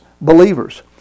believers